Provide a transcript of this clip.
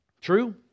True